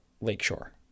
lakeshore